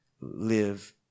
live